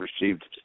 received